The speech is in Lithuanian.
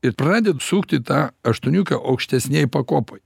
ir pradedu sukti tą aštuoniukę aukštesnėj pakopoj